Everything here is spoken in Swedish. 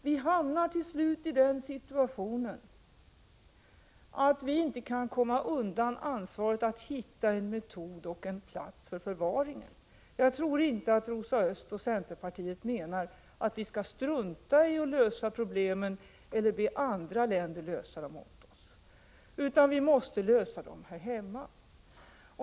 Vi hamnar till slut i den situationen att vi inte kan komma undan ansvaret att hitta en metod och en plats för förvaring. Jag tror inte att Rosa Östh och centerpartiet menar att vi skall strunta i att lösa problemen eller be andra länder att lösa dem åt oss, utan vi måste lösa dem här hemma.